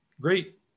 Great